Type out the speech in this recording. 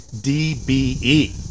D-B-E